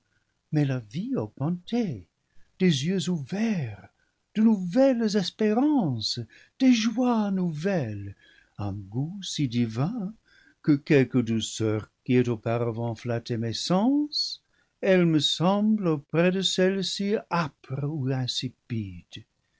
mais la vie augmentée des yeux ouverts de nouvelles espérances des joies nouvelles un goût si divin que quelque douceur qui ait auparavant flatté mes sens elle me semble auprès de celle-ci